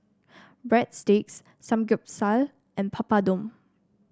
Breadsticks Samgeyopsal and Papadum